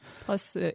Plus